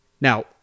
Now